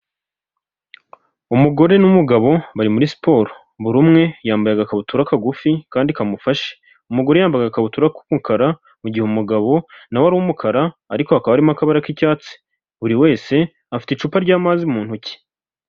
Umugore n'umugabo bari muri siporo, buri umwe yambaye agakabutura kagufi kandi kamufashe, umugore yambaye agabutura k'umukara, mu gihe umugabo nawe ari umukara ariko hakaba harimo akabara k'icyatsi, buri wese afite icupa ry'amazi mu ntoki.